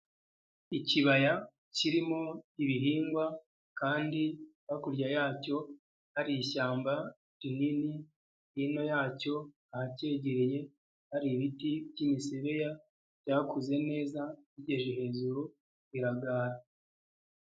Ikibaya kirimo ibihingwa kandi hakurya yacyo hari ishyamba rinini. Hino yacyo ahacyegereye hari ibiti by'imisebeya byakuze neza bijya hejuru iragara.